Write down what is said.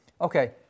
Okay